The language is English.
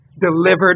delivered